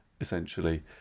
essentially